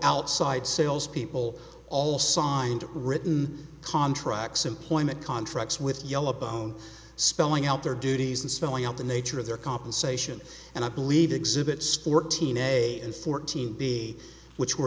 outside sales people all signed written contracts employment contracts with yella bone spelling out their duties and spelling out the nature of their compensation and i believe exhibits fourteen a and fourteen b which were